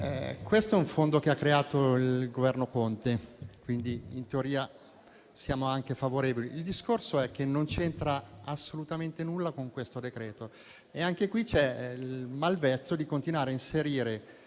questo è un fondo che ha creato il Governo Conte, quindi in teoria siamo anche favorevoli. Il discorso è che non c'entra assolutamente nulla con questo decreto-legge. Anche qui c'è il malvezzo di continuare a inserire